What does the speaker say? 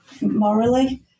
morally